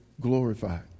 glorified